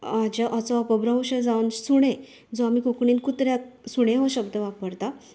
हांजे हाजो अपभ्रवंश जावन सुणे जो आमी कोंकणीन कुत्र्याक सुणे हो शब्द वापरतात